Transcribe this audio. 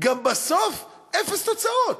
גם בסוף אפס תוצאות,